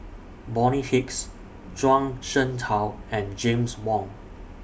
Bonny Hicks Zhuang Shengtao and James Wong